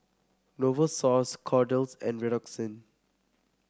Novosource Kordel's and Redoxon